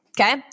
Okay